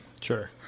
sure